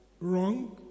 wrong